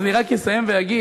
אז אני רק אסיים ואגיד,